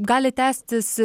gali tęstis